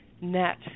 net